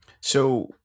So-